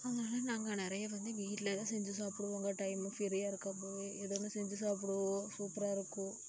அதனால் நாங்கள் நிறைய வந்து வீட்டில் தான் செஞ்சு சாப்பிடுவோங்க டைம் ஃப்ரீயாக இருக்கப்போகவே எதோ ஒன்று செஞ்சு சாப்பிடுவோம் சூப்பராக இருக்கும்